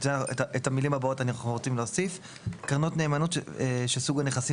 את המילים הבאות אנחנו רוצים להוסיף "קרנות נאמנות שסוג הנכסים